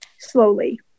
slowly